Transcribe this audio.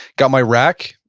got my rack,